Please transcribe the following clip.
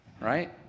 right